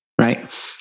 right